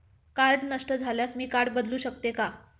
Card नष्ट झाल्यास मी कार्ड बदलू शकते का?